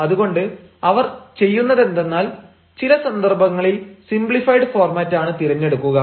അതുകൊണ്ട് അവർ ചെയ്യുന്നതെന്തെന്നാൽ ചില സന്ദർഭങ്ങളിൽ സിംപ്ലിഫൈഡ് ഫോർമാറ്റ് ആണ് തിരഞ്ഞെടുക്കുക